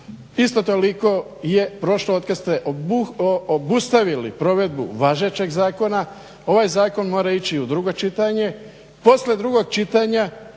isto toliko je prošlo otkad ste obustavili provedbu važećeg zakona, ovaj zakon mora ići u drugo čitanje.